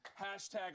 hashtag